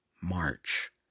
March